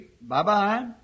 bye-bye